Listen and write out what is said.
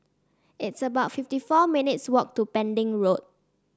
it's about fifty four minutes' walk to Pending Road